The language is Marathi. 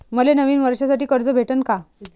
मले नवीन वर्षासाठी कर्ज भेटन का?